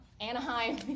Anaheim